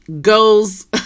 goes